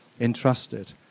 entrusted